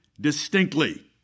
distinctly